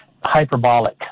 hyperbolic